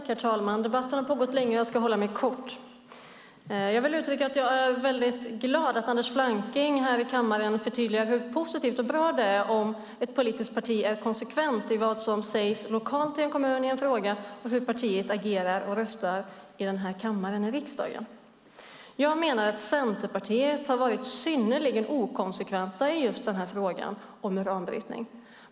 Herr talman! Debatten har pågått länge, och jag ska hålla mig kort. Jag är väldigt glad att Anders Flanking här i kammaren förtydligar hur positivt och bra det är om ett politiskt parti är konsekvent när det gäller vad som sägs lokalt i en kommun i en fråga och hur partiet agerar och röstar här i kammaren i riksdagen. Jag menar att ni i Centerpartiet har varit synnerligen inkonsekventa i frågan om uranbrytning.